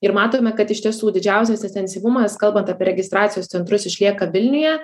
ir matome kad iš tiesų didžiausias ekstensyvumas kalbant apie registracijos centrus išlieka vilniuje